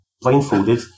blindfolded